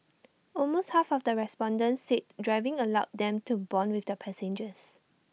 almost half of the respondents said driving allowed them to Bond with their passengers